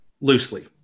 loosely